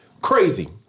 Crazy